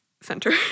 center